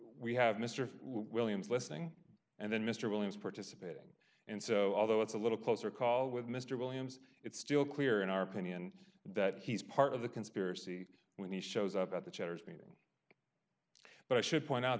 we have mr williams listening and then mr williams participating and so although it's a little closer call with mr williams it's still clear in our opinion that he's part of the conspiracy when he shows up at the checkers meeting but i should point out